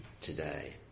today